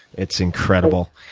it's incredible.